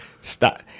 stop